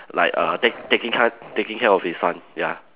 like err take taking care taking care of his son ya